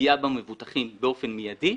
פגיעה במבוטחים באופן מיידי,